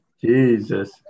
Jesus